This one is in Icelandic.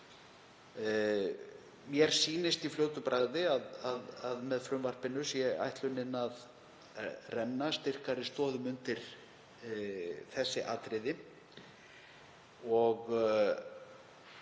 Mér sýnist í fljótu bragði að með frumvarpinu sé ætlunin að renna styrkari stoðum undir þessi atriði og